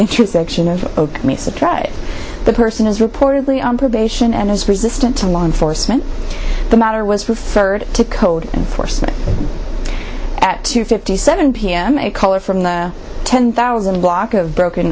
intersection or the person is reportedly on probation and is resistant to law enforcement the matter was referred to code enforcement at two fifty seven p m a caller from the ten thousand block of broken